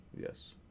Yes